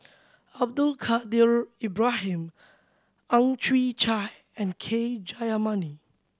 Abdul Kadir Ibrahim Ang Chwee Chai and K Jayamani